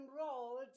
enrolled